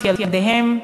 את ילדיהם.